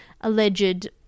alleged